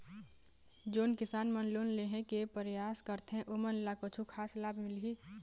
जोन किसान मन लोन लेहे के परयास करथें ओमन ला कछु खास लाभ मिलही?